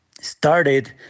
started